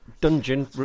dungeon